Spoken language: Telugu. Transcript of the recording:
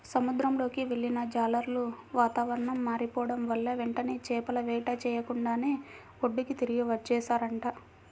సముద్రంలోకి వెళ్ళిన జాలర్లు వాతావరణం మారిపోడం వల్ల వెంటనే చేపల వేట చెయ్యకుండానే ఒడ్డుకి తిరిగి వచ్చేశారంట